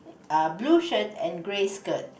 uh blue shirt and grey skirt